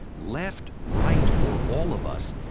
left, right, or all of us,